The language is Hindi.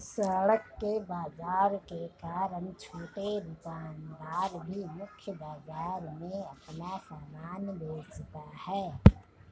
सड़क के बाजार के कारण छोटे दुकानदार भी मुख्य बाजार में अपना सामान बेचता है